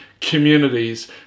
communities